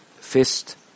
fist